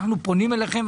אנחנו פונים אליכם,